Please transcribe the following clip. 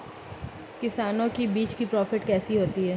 किसानों को बीज की प्राप्ति कैसे होती है?